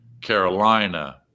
Carolina